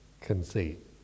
conceit